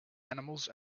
animals